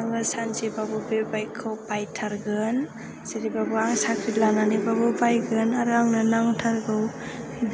आङो सानसेबाबो बे बाइकखौ बायथारगोन जेरैबाबो आं साख्रि लानानैबाबो बायगोन आरो आंनो नांथारगौ